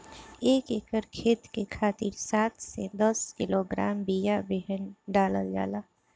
एक एकर खेत के खातिर सात से दस किलोग्राम बिया बेहन डालल जाला?